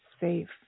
safe